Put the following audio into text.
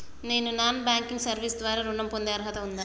నేను non banking service ద్వారా ఋణం పొందే అర్హత ఉందా?